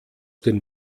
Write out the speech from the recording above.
den